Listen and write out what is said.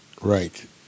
right